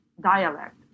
dialect